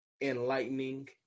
enlightening